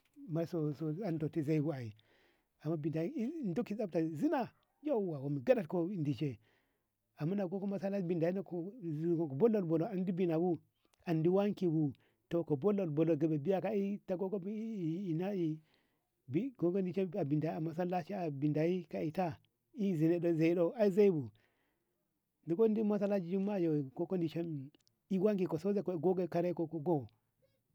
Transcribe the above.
Masoso antoti zaibo ae amman bida tsafta zina yauwa gaɗko dishe dishe ammuna gogo masala binda nako ziko bullor bollor andi bina bu andi wanki bu ko bullor bullor ka biyaka ey to gogo eh na bai nayi bi gogo bi a masalaci abinda ey ka eyta ae zuro do ziro ae zoibu dig kondi masallaci jumma'a yu ko- ko dishenbi ae ko wanke ka gogensi kareko gon.